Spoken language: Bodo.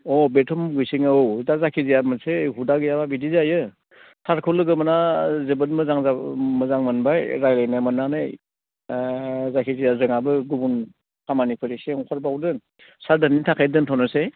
अ बेथ' अब्बसे औ दा जायखिजाया मोनसे हुदा गैयाब्ला बिदि जायो सारखौ लोगो मोनना जोबोद मोजां मोनबाय रायज्लायनो मोननानै दा जायखिजाया जोंहाबो गुबुन खामानिफोर एसे ओंखारबावदो सार दिनैनि थाखाय दोन्थ'नोसै